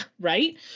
right